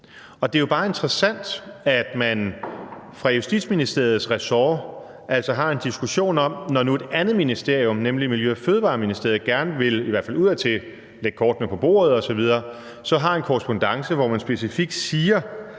Det er jo bare interessant, at man fra Justitsministeriets ressort har en diskussion om det, når nu et andet ministerium, nemlig Miljø- og Fødevareministeriet, gerne i hvert fald udadtil vil lægge kortene på bordet osv. Vi har så en korrespondance, hvor man specifikt siger,